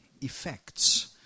effects